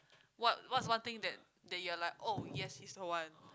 what what's one thing that that you're like oh yes he's the one